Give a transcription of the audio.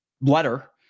letter